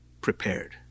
prepared